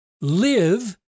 live